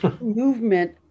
movement